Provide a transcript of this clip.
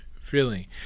feeling